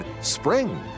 SPRING